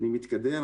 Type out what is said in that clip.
אני מתקדם.